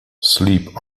sleep